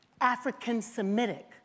African-Semitic